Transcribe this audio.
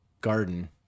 garden